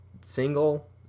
single